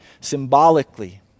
symbolically